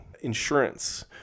insurance